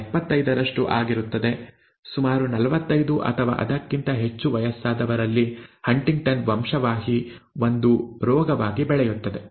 75ರಷ್ಟು ಆಗಿರುತ್ತದೆ ಸುಮಾರು 45 ಅಥವಾ ಅದಕ್ಕಿಂತ ಹೆಚ್ಚು ವಯಸ್ಸಾದವರಲ್ಲಿ ಹಂಟಿಂಗ್ಟನ್ ವಂಶವಾಹಿ ಒಂದು ರೋಗವಾಗಿ ಬೆಳೆಯುತ್ತದೆ